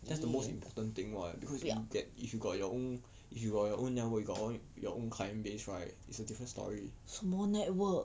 that's the most important thing [what] because you can get if you got your own if you got your own network you got all your own client base right it's a different story